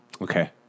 Okay